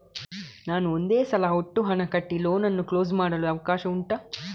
ನಾನು ಒಂದೇ ಸಲ ಒಟ್ಟು ಹಣ ಕಟ್ಟಿ ಲೋನ್ ಅನ್ನು ಕ್ಲೋಸ್ ಮಾಡಲು ಅವಕಾಶ ಉಂಟಾ